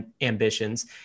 ambitions